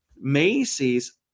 macy's